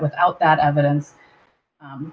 without that evidence